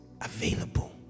available